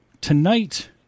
tonight